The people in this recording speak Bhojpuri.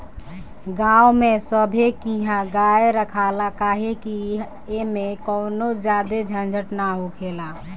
गांव में सभे किहा गाय रखाला काहे कि ऐमें कवनो ज्यादे झंझट ना हखेला